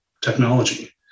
technology